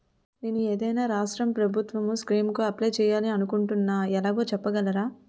నేను ఏదైనా రాష్ట్రం ప్రభుత్వం స్కీం కు అప్లై చేయాలి అనుకుంటున్నా ఎలాగో చెప్పగలరా?